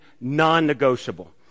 non-negotiable